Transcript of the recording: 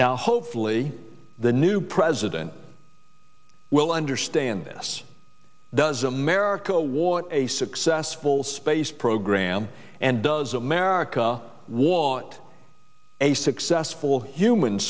now hopefully the new president will understand this does america want a successful space program and does america want a successful human